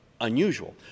unusual